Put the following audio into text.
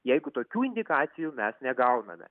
jeigu tokių indikacijų mes negauname